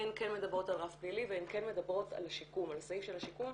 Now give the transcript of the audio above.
הן כן מדברות על רף פלילי ועל סעיף השיקום,